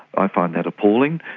i find that appalling,